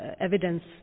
evidence